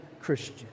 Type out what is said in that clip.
christian